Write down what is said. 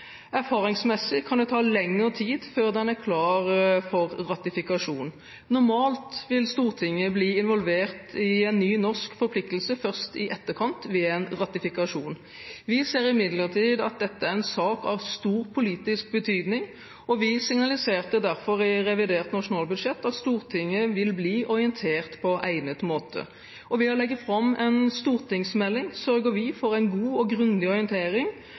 Erfaringsmessig kan det ta lengre tid før den er klar for ratifikasjon. Normalt vil Stortinget bli involvert i en ny norsk forpliktelse først i etterkant ved en ratifikasjon. Vi ser imidlertid at dette er en sak av stor politisk betydning, og vi signaliserte derfor i revidert nasjonalbudsjett at Stortinget vil bli orientert på egnet måte. Ved å legge fram en stortingsmelding sørger vi for en god og grundig orientering,